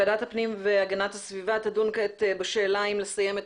ועדת הפנים והגנת הסביבה תדון עתה בשאלה האם לסיים את